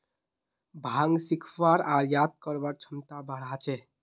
भांग सीखवार आर याद करवार क्षमता बढ़ा छे